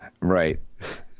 right